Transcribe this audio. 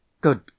Good